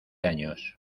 años